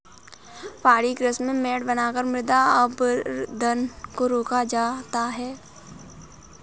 पहाड़ी कृषि में मेड़ बनाकर मृदा अपरदन को रोका जाता है